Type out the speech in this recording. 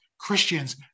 Christians